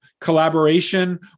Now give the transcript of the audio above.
collaboration